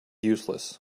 useless